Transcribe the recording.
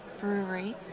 brewery